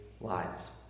lives